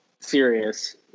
serious